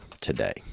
today